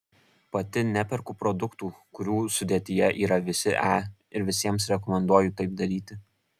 pati neperku produktų kurių sudėtyje yra visi e ir visiems rekomenduoju taip daryti